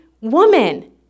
woman